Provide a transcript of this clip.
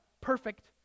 perfect